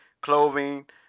clothing